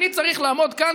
אני צריך לעמוד כאן,